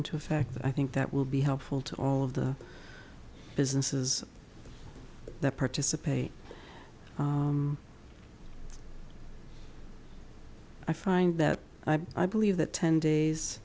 into effect i think that will be helpful to all of the businesses that participate i find that i believe that ten